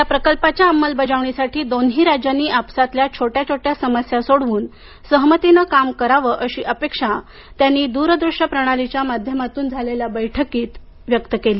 या प्रकल्पाच्या अंमलबजावणीसाठी दोन्ही राज्यांनी आपसातल्या छोट्या छोट्या समस्या सोडवून सहमतीनं काम करावं अशी अपेक्षा त्यांनी दूरदृश्य प्रणालीच्या माध्यमातून झालेल्या या बैठकीत व्यक्त केली